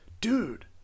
dude